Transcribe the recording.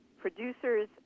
producers